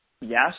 yes